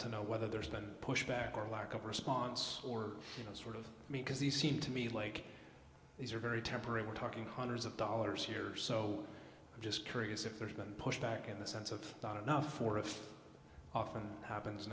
to know whether there's been pushback or lack of response or you know sort of me because he seemed to me like these are very temporary we're talking hundreds of dollars here so i'm just curious if there's been push back in the sense of not enough or if often happens